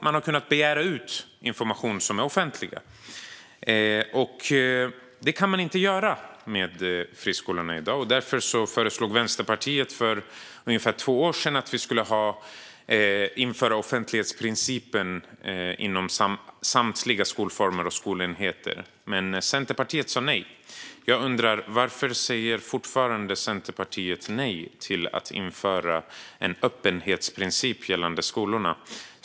Man har kunnat begära ut information som är offentlig. Det kan man inte göra med friskolorna i dag, och därför föreslog Vänsterpartiet för ungefär två år sedan att vi skulle införa offentlighetsprincipen inom samtliga skolformer och skolenheter. Men Centerpartiet sa nej. Jag undrar varför Centerpartiet fortfarande säger nej till att införa en öppenhetsprincip gällande skolorna.